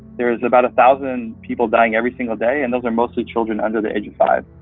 there is about a thousand people dying every single day, and those are mostly children under the age of five.